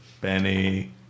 Benny